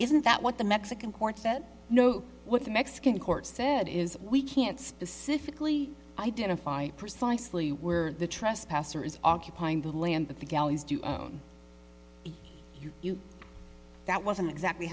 isn't that what the mexican courts said no what the mexican court said is we can't specifically identify precisely where the trespassers occupying the land of the galleys do on you that wasn't exactly